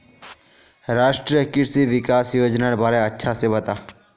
राष्ट्रीय कृषि विकास योजनार बारे अच्छा से बता